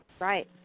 right